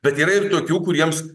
bet yra ir tokių kuriems